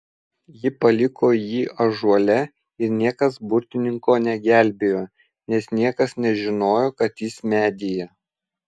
ji paliko jį ąžuole ir niekas burtininko negelbėjo nes niekas nežinojo kad jis medyje